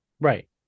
Right